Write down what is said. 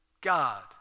God